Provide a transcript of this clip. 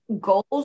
goals